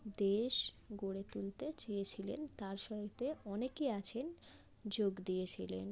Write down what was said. দেশ গড়ে তুলতে চেয়েছিলেন তার সাথে অনেকে আছেন যোগ দিয়েছিলেন